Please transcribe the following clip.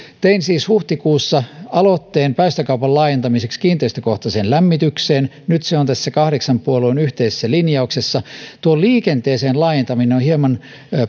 tein siis huhtikuussa aloitteen päästökaupan laajentamiseksi kiinteistökohtaiseen lämmitykseen nyt se on tässä kahdeksan puolueen yhteisessä linjauksessa liikenteeseen laajentaminen on hieman